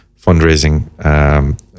fundraising